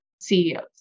CEOs